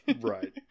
Right